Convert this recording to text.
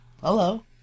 Hello